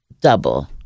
double